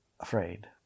Afraid